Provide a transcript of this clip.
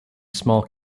small